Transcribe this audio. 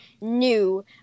new